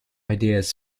ideas